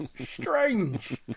Strange